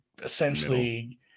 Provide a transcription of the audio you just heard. essentially